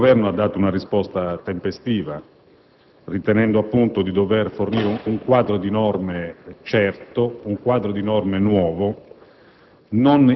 Il Governo ha dato una risposta tempestiva, ritenendo appunto di dover fornire un quadro di norme certo, un quadro di norme nuovo,